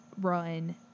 run